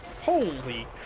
Holy